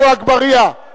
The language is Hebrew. זכויותיהם וחובותיהם,